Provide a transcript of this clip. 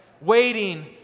waiting